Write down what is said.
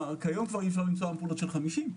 כיום אי-אפשר למצוא אמפולות של 50,